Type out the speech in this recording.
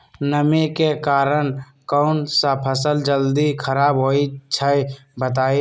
नमी के कारन कौन स फसल जल्दी खराब होई छई बताई?